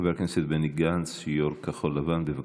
חבר הכנסת בני גנץ, יו"ר כחול לבן, בבקשה.